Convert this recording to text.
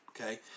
okay